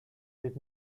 did